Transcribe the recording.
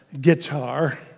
guitar